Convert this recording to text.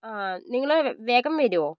ആ നിങ്ങള് വേഗം വരുമോ